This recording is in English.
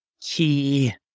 key